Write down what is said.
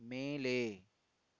மேலே